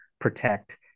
protect